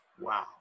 Wow